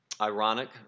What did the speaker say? ironic